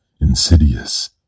insidious